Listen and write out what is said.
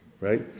right